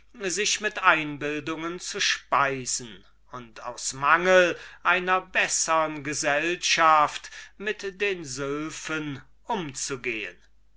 sich mit einbildungen zu speisen und aus mangel einer bessern gesellschaft mit den sylphen umzugehen